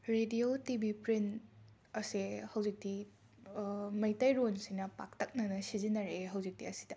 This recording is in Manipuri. ꯔꯦꯗꯤꯌꯣ ꯇꯤꯕꯤ ꯄ꯭ꯔꯤꯟꯠ ꯑꯁꯦ ꯍꯧꯖꯤꯛꯇꯤ ꯃꯩꯇꯩꯔꯣꯟꯁꯤꯅ ꯄꯥꯛꯇꯛꯅꯅ ꯁꯤꯖꯤꯟꯅꯔꯛꯑꯦ ꯍꯧꯖꯤꯛꯇꯤ ꯑꯁꯤꯗ